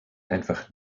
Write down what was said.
einfach